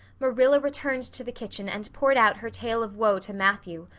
marilla returned to the kitchen and poured out her tale of woe to matthew,